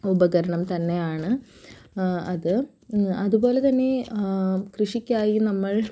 ഉപകരണം തന്നെയാണ് അത് അതുപോലെ തന്നെ കൃഷിക്കായി നമ്മൾ